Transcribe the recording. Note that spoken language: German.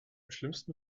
schlimmsten